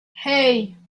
hei